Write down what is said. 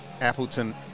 Appleton